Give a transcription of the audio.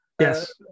yes